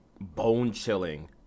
bone-chilling